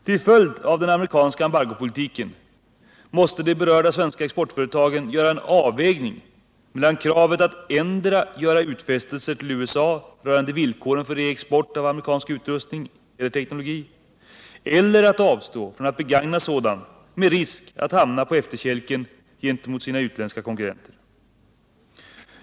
Till följd av den amerikanska embargopolitiken måste de berörda svenska exportföretagen göra en avvägning mellan kravet att endera göra utfästelser till USA rörande villkoren för reexport av amerikansk utrustning eller teknologi eller att avstå från att begagna sådan med risk att hamna på efterkälken gentemot sina utländska konkurrenter.